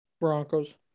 Broncos